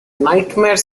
nightmare